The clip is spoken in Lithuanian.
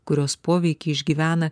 kurios poveikį išgyvena